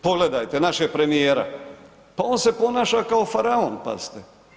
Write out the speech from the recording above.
Pogledajte našeg premijera, pa on se ponaša kao faraon, pazite.